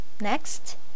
Next